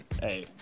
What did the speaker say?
Hey